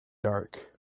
dark